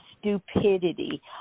stupidity